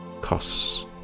costs